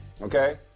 Okay